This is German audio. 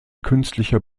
künstlicher